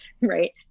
right